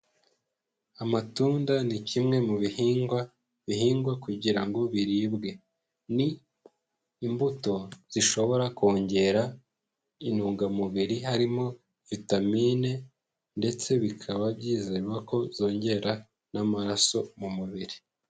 Amatunda ni kimwe mu bihingwa bihingwa kugira ngo biribwe, ni imbuto zishobora kongera intungamubiri harimo vitamine ndetse bikaba byizerwa ko zongera n'amaraso mu mubiri.